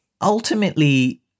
ultimately